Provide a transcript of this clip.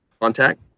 contact